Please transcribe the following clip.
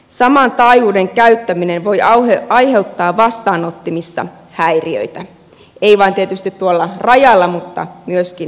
saman taajuuden käyttäminen voi aiheuttaa vastaanottimissa häiriöitä ei vain tietysti tuolla rajalla vaan myöskin muualla